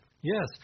Yes